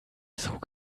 sog